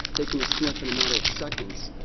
taking a sniff in a matter of seconds,